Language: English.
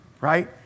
Right